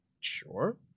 sure